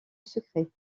secret